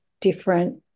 different